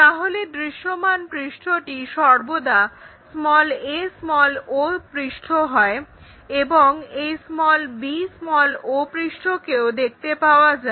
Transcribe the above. তাহলে দৃশ্যমান পৃষ্ঠটি সর্বদা ao পৃষ্ঠ হয় এবং এই bo কেও দেখতে পাওয়া যায়